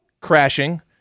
Crashing